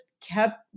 kept